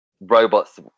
robots